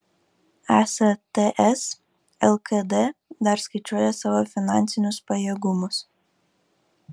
esą ts lkd dar skaičiuoja savo finansinius pajėgumus